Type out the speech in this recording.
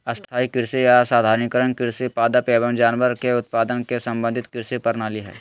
स्थाई कृषि या संधारणीय कृषि पादप एवम जानवर के उत्पादन के समन्वित कृषि प्रणाली हई